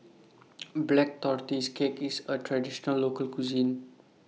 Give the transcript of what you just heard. Black Tortoise Cake IS A Traditional Local Cuisine